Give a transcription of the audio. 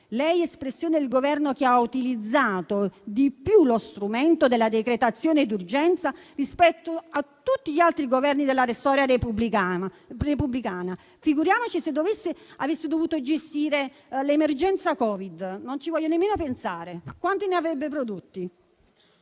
lei, espressione del Governo che ha utilizzato di più lo strumento della decretazione d'urgenza rispetto a tutti gli altri Esecutivi della storia repubblicana, figuriamoci se avesse dovuto gestire l'emergenza Covid, non voglio nemmeno pensare a quanti ne avrebbe prodotti.